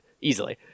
easily